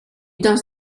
does